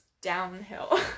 downhill